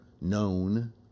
known